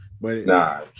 Nah